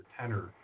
tenor